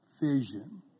vision